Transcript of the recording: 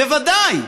בוודאי,